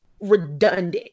redundant